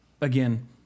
again